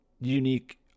unique